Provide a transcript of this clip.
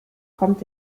kommt